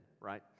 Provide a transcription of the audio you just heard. right